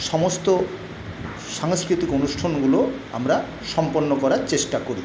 সমস্ত সাংস্কৃতিক অনুষ্ঠানগুলো আমরা সম্পন্ন করার চেষ্টা করি